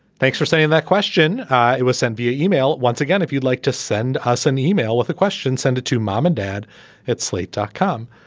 thanks for saying that question it was sent via email once again if you'd like to send us an email with a question send it to mom and dad at slate dot com.